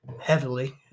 heavily